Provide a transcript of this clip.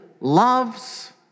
loves